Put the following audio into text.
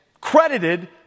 credited